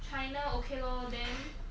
china okay lor then